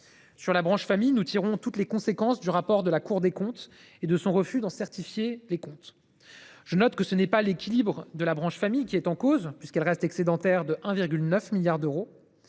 Sur la branche famille, nous tirons toutes les conséquences du rapport de la Cour des comptes et de son refus d’en certifier les comptes. Je note que ce n’est pas l’équilibre de la branche famille qui est en cause, puisqu’elle reste excédentaire de 1,9 milliard d’euros.